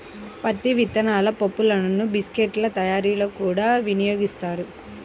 పత్తి విత్తనాల పప్పులను బిస్కెట్ల తయారీలో కూడా వినియోగిస్తారు